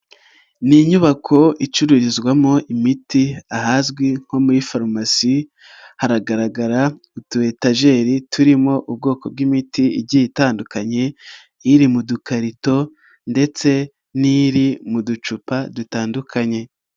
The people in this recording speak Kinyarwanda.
Ni inyubako icururizwamo imiti ahazwi nko muri farumasi haragaragara utuyetageri turimo ubwoko bw'imiti igiye itandukanye, iri mu dukarito ndetse n'iri mu ducupa dutandukanye.